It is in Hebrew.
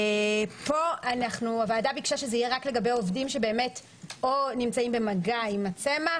פה הוועדה ביקשה שזה יהיה רק לגבי עובדים שבאמת או נמצאים במגע עם הצמח,